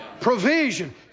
provision